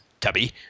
tubby